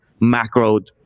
macroed